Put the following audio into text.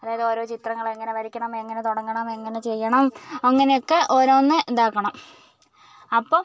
അതായത് ഓരോ ചിത്രങ്ങൾ എങ്ങനെ വരയ്ക്കണം എങ്ങനെ തുടങ്ങണം എങ്ങനെ ചെയ്യണം അങ്ങനെയൊക്കെ ഓരോന്ന് ഇതാക്കണം അപ്പം